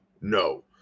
No